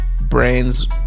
brains